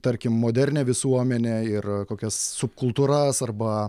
tarkim modernią visuomenę ir kokias subkultūras arba